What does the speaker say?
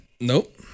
nope